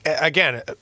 again